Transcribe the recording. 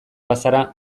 bazara